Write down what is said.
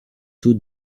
two